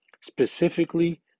Specifically